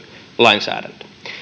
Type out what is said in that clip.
lainsäädäntö ensimmäinen oli